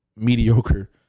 mediocre